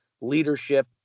leadership